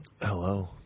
hello